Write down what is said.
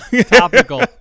topical